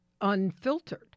unfiltered